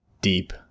deep